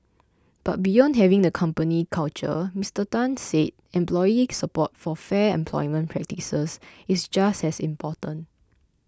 but beyond having the company culture Mister Tan said employee support for fair employment practices is just as important